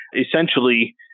Essentially